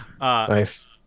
Nice